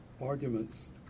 arguments